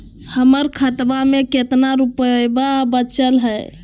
हमर खतवा मे कितना रूपयवा बचल हई?